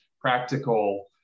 practical